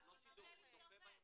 הוא רק רואה שזה עובד.